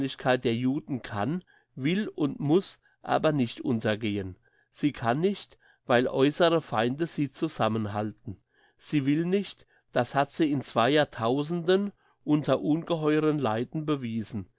der juden kann will und muss aber nicht untergehen sie kann nicht weil äussere feinde sie zusammenhalten sie will nicht das hat sie in zwei jahrtausenden unter ungeheuren leiden bewiesen